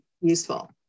useful